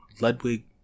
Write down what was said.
Ludwig